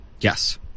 Yes